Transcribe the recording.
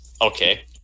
Okay